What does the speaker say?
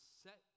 set